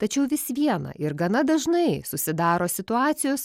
tačiau vis viena ir gana dažnai susidaro situacijos